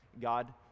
god